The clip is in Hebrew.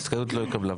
ההסתייגות לא התקבלה.